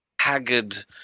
haggard